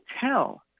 tell